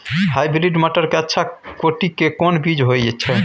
Hybrid मटर के अच्छा कोटि के कोन बीज होय छै?